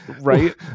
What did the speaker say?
right